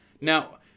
Now